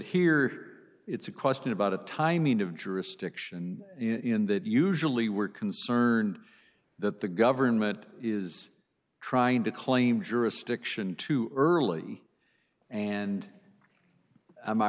here it's a question about a timing of jurisdiction in that usually we're concerned that the government is trying to claim jurisdiction too early and am i